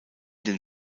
den